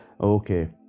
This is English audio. Okay